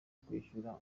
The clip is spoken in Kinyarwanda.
kwishyura